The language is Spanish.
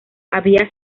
había